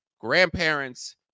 grandparents